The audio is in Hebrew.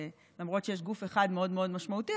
למרות שיש גוף אחד מאוד מאוד משמעותי,